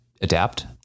adapt